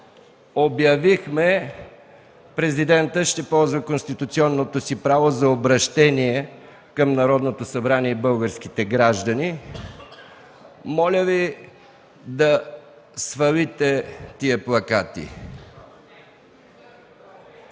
обявихме, Президентът ще ползва конституционното си право за обръщение към Народното събрание и българските граждани. Моля Ви да свалите тези плакати.